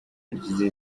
yagize